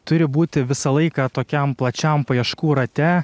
turi būti visą laiką tokiam plačiam paieškų rate